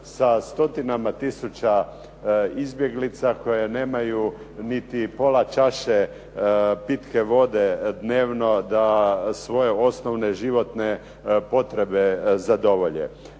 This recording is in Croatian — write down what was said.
sa stotinama tisuća izbjeglica koje nemaju niti pola čaše pitke vode dnevno da svoje osnovne životne potrebe zadovolje.